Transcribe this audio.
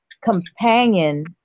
companion